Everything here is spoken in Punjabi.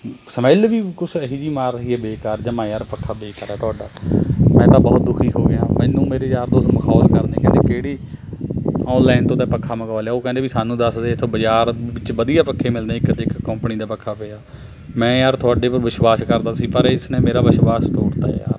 ਸਮੈਲ ਵੀ ਕੁਛ ਇਹ ਜਿਹੀ ਮਾਰ ਰਹੀ ਹੈ ਬੇਕਾਰ ਜਮ੍ਹਾ ਯਾਰ ਪੱਖਾ ਬੇਕਾਰ ਹੈ ਤੁਹਾਡਾ ਮੈਂ ਤਾਂ ਬਹੁਤ ਦੁਖੀ ਹੋ ਗਿਆ ਮੈਨੂੰ ਮੇਰੇ ਯਾਰ ਦੋਸਤ ਮਖੌਲ ਕਰਦੇ ਕਹਿੰਦੇ ਕਿਹੜੀ ਔਨਲਾਈਨ ਤੋਂ ਤੂੰ ਪੱਖਾ ਮੰਗਵਾ ਲਿਆ ਉਹ ਕਹਿੰਦੇ ਵੀ ਸਾਨੂੰ ਦੱਸ ਦੇ ਇੱਥੋਂ ਬਾਜ਼ਾਰ ਵਿੱਚ ਵਧੀਆ ਪੱਖੇ ਮਿਲਦੇ ਹੈ ਇੱਕ ਤੋਂ ਇੱਕ ਕੰਪਨੀ ਦੇ ਪੱਖਾ ਪਿਆ ਮੈਂ ਯਾਰ ਤੁਹਾਡੇ ਪਰ ਵਿਸ਼ਵਾਸ ਕਰਦਾ ਸੀ ਪਰ ਇਸ ਨੇ ਮੇਰਾ ਵਿਸ਼ਵਾਸ ਤੋੜਤਾ ਯਾਰ